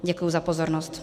Děkuji za pozornost.